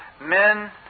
men